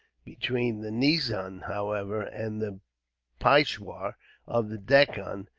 between the nizam, however, and the peishwar of the deccan,